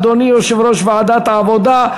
אדוני יושב-ראש ועדת העבודה,